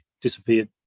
disappeared